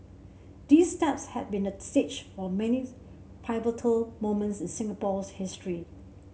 these steps had been the stage for many pivotal moments in Singapore's history